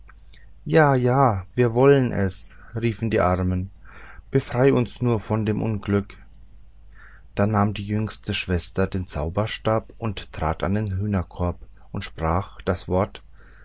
ja ja wir wollen es riefen die armen befreie uns nur von dem unglück da nahm die jüngste den zauberstab trat an den hühnerkorb und sprach das wort